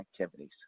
activities